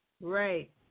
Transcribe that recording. Right